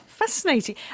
Fascinating